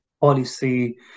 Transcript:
policy